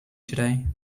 today